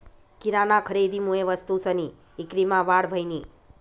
किराना खरेदीमुये वस्तूसनी ईक्रीमा वाढ व्हयनी